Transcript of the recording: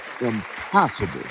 impossible